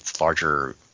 larger